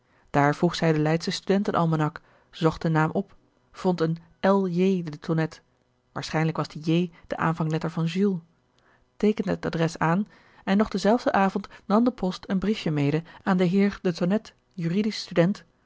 vroeg zij den leidschen studentenalmanak zocht den naam op vond een l j de tonnette waarschijnlijk was die j de aanvangletter van jules teekende het adres aan en nog denzelfden avond nam de post een briefje mede aan den heer de tonnette jur